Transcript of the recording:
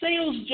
sales